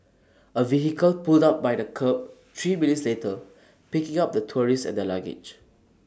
A vehicle pulled up by the kerb three minutes later picking up the tourists and their luggage